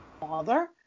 father